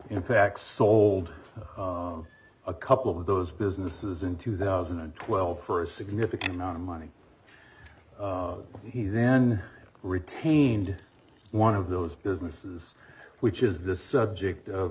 in fact sold a couple of those businesses in two thousand and twelve st significant amount of money he then retained one of those businesses which is this subject of